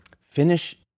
Finish